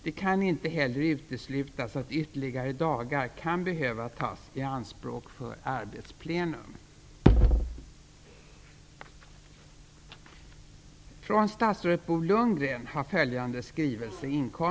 Det kan inte heller uteslutas att ytterligare dagar kan behöva tas i anspråk för arbetsplenum.